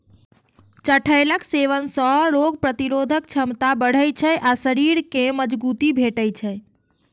चठैलक सेवन सं रोग प्रतिरोधक क्षमता बढ़ै छै आ शरीर कें मजगूती भेटै छै